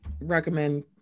recommend